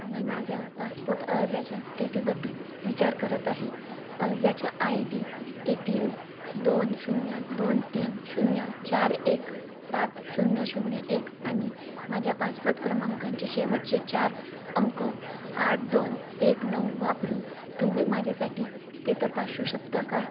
मी माझ्या पासपोर्ट अर्जाच्या स्थितीबद्दल विचार करत आहे अर्जाचा I D A P L दोन शून्य दोन तीन शून्य चार एक सात शून्य शून्य एक आणि माझ्या पासपोर्ट क्रमांकाचे शेवटचे चार अंक आठ दोन एक नऊ वापरून तुम्ही माझ्यासाठी ते तपासू शकता का